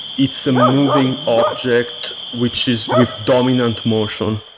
it's a moving object which is with dominant motion.